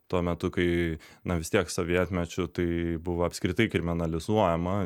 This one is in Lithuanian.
tuo metu kai na vis tiek savyje atmečiau tai buvo apskritai kriminalizuojama